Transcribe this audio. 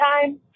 time